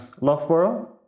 Loughborough